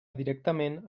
directament